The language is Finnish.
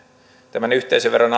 tämän yhteisöveron